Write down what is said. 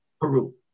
Peru